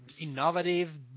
innovative